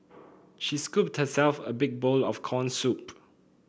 she scooped herself a big bowl of corn soup